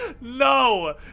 No